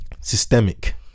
Systemic